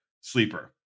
sleeper